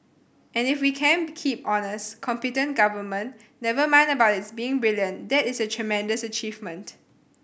and if we can keep honest competent government never mind about its being brilliant that is a tremendous achievement